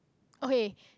okay